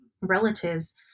relatives